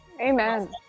amen